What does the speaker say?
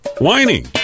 whining